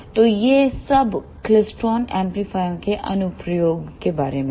तो यह सब क्लेस्ट्रॉन एम्पलीफायरों के अनुप्रयोगों के बारे में है